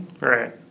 Right